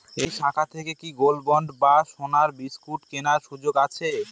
এই শাখা থেকে কি গোল্ডবন্ড বা সোনার বিসকুট কেনার সুযোগ আছে?